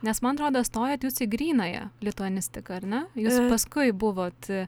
nes man atrodo stojot jūs į grynąją lituanistiką ar ne jūs paskui buvot